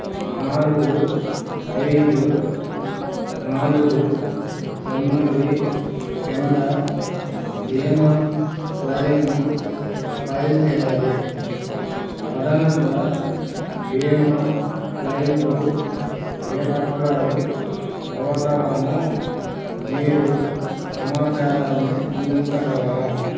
నాలుగు ఐదు నాలుగు తొమ్మిది కింద భీమా క్లైయిమ్ను ఫైల్ చెయ్యాలి అదనంగా భీమా క్లైయిమ్కు ఏ పత్రాలు అవసరమో మీరు సమాచారాన్ని అందించగలరా